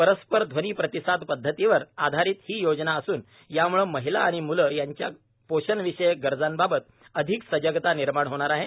परस्पर ध्वनी प्रतिसाद पद्धतीवर आधारित ही योजना असून याम्ळे महिला आणि म्लं यांच्या पोषणविषयक गरजांबाबत अधिक सजगता निर्माण होणार आहे